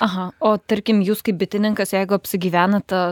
aha o tarkim jūs kaip bitininkas jeigu apsigyvena ta